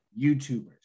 youtubers